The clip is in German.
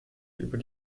über